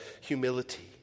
Humility